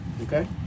okay